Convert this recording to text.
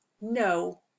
No